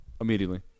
Immediately